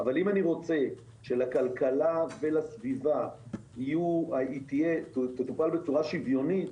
אבל אם אני רוצה שהכלכלה והסביבה יטופלו בצורה שוויונית,